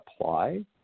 apply